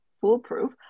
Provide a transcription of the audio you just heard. foolproof